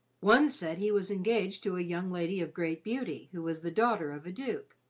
one said he was engaged to a young lady of great beauty, who was the daughter of a duke